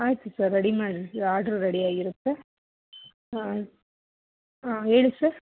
ಆಯಿತು sir ready ಮಾಡಿರ್ತೀವಿ order ready ಆಗಿರುತ್ತೆ ಹಾಂ ಆಂ ಹೇಳಿ ಸರ್